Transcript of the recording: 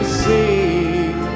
see